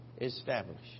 established